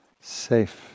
safe